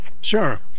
Sure